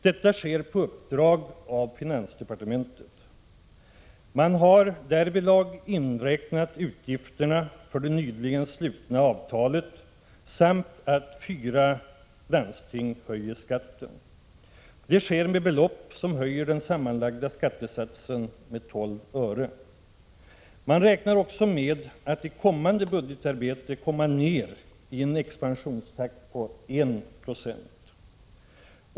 Detta sker på uppdrag av finansdepartementet. Man har därvidlag inräknat utgifterna för det nyligen slutna avtalet samt en skattehöjning i fyra landsting. Detta sker med belopp som höjer den sammanlagda skattesatsen med 12 öre. Man räknar också med att i kommande budgetarbete komma ner i en expansionstakt på 1 Jo.